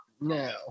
No